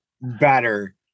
better